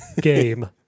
Game